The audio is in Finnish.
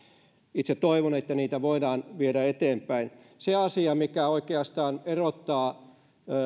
itse toivon että niitä voidaan viedä eteenpäin se asia mikä oikeastaan erottaa